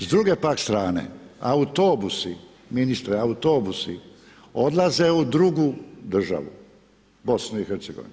S druge pak strane autobusi ministre, autobusi odlaze u drugu državu, u BiH.